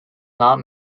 not